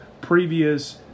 previous